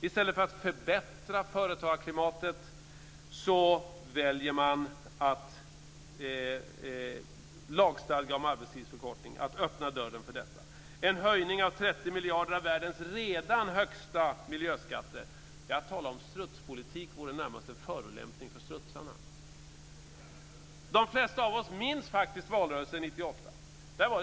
I stället för att förbättra företagarklimatet väljer man att öppna dörren för lagstadgad arbetstidsförkorning och en höjning med 30 miljarder av världens redan högsta miljöskatter. Att tala om strutspolitik vore närmast en förolämpning för strutsarna. De flesta av oss minns faktiskt valrörelsen 1998.